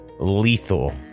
Lethal